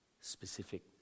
specific